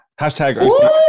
Hashtag